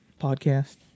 Podcast